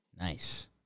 nice